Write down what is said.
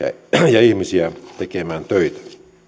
ja ihmisiä tekemään töitä